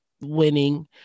winning